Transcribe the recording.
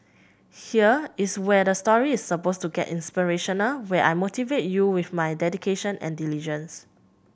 here is where the story is suppose to get inspirational where I motivate you with my dedication and diligence